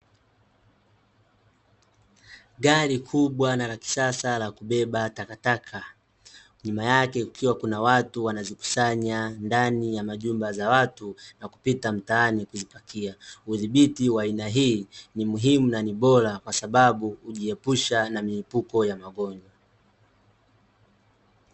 Gari kubwa na la kisasa la kubeba takataka. Nyuma yake kukiwa kuna watu wanazikusanya , ndani ya majumba za watu, na kupita mtaani kuzipakia. Udhibiti wa aina hii, ni muhimu na ni bora kwasababu hujiepusha na milipuko ya magonjwa.